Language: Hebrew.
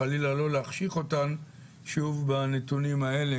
חלילה לא להחשיך אותן בנתונים האלה,